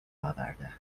آورده